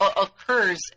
occurs